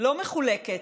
לא מחולקת.